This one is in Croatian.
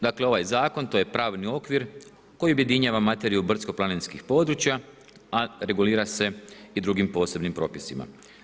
Dakle ovaj zakon, to je pravni okvir koji objedinjava materiju brdsko-planinskih područja a regulira se i drugim posebnim propisima.